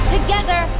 Together